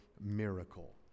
miracle